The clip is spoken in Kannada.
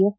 ಎಫ್